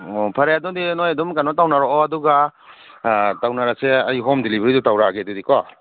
ꯑꯣ ꯐꯔꯦ ꯑꯗꯨꯗꯤ ꯅꯣꯏ ꯑꯗꯨꯝ ꯀꯩꯅꯣ ꯇꯧꯅꯔꯛꯑꯣ ꯑꯗꯨꯒ ꯇꯧꯅꯔꯁꯦ ꯑꯩ ꯍꯣꯝ ꯗꯤꯂꯤꯕꯔꯤꯗꯣ ꯇꯧꯔꯛꯑꯒꯦ ꯑꯗꯨꯗꯤꯀꯣ